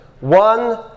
One